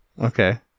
Okay